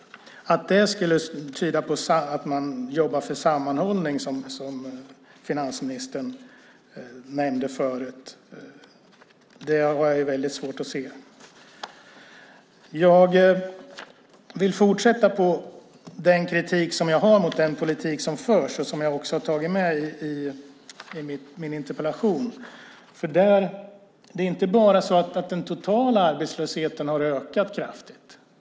Att det skulle tyda på att man jobbar för sammanhållning, som finansministern nämnde förut, har jag väldigt svårt att se. Jag vill fortsätta med min kritik mot den politik som förs och som jag har tagit upp i min interpellation. Det är inte bara så att den totala arbetslösheten har ökat kraftigt.